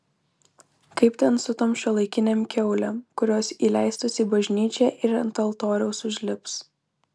kaip ten su tom šiuolaikinėm kiaulėm kurios įleistos į bažnyčią ir ant altoriaus užlips